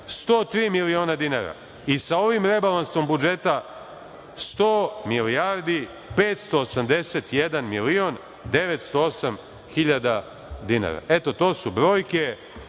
103 miliona dinara i sa ovim rebalansom budžeta 100 milijardi 581 milion 908 hiljada dinara. To su brojke,